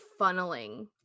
funneling